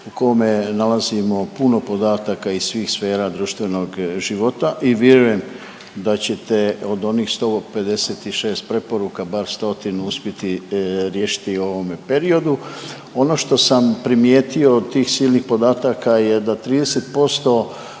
kome nalazimo puno podataka iz svih sfera društvenog života i vjerujem da ćete od onih 156 preporuka bar stotinu uspjeti riješiti u ovome periodu. Ono što sam primijetio od tih silnih podataka je da 30%